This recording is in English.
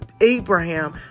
Abraham